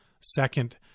Second